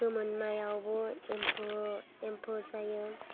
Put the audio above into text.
गोमोन मायावबो एम्फौ एम्फौ जायो